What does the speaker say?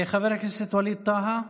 חבר הכנסת ווליד טאהא,